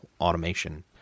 automation